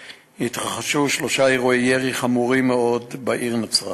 התרחשו שלושה אירועי ירי חמורים מאוד בעיר נצרת.